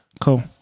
Cool